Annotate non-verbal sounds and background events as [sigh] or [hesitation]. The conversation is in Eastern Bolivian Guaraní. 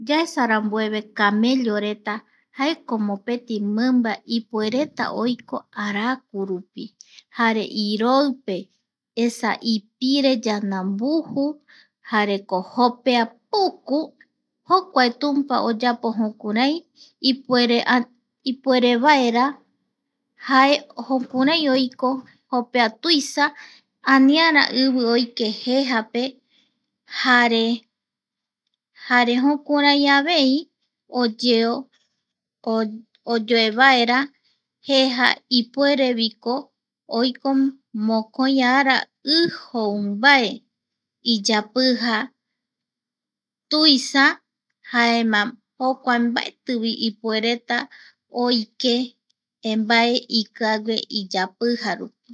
Yaesa rambueve camello reta jaeko mopeti mimba ipuereta oiko arakurupi jare iroi pe, esa ipire yandambuju jareko jopea puku, jokua tumpa oyapo jokurai ipuere [hesitation] vaera, jae jokurai oiko jopea tuisa, aniara ivi oike jejape, jare, jare jokurai avei oyeo, [noise] oyoe vaera jeja, ipuere vi oiko mokoi ara i joumbae iyapija tuisa, jaema jokua mbaetivi ipuereta oike mbae ikiague iyapija rupi.